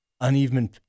uneven